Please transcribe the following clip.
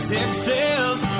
Texas